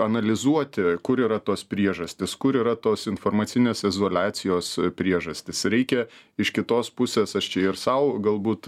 analizuoti kur yra tos priežastys kur yra tos informacinės izoliacijos priežastys reikia iš kitos pusės aš čia ir sau galbūt